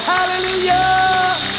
Hallelujah